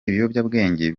ibiyobyabwenge